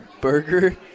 burger